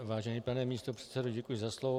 Vážený pane místopředsedo, děkuji za slovo.